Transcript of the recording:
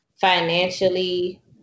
financially